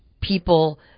people